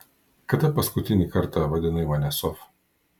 kada paskutinį kartą vadinai mane sof